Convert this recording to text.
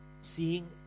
Seeing